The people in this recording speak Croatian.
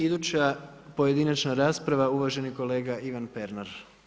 Iduća pojedinačna rasprava uvaženi kolega Ivan Pernar.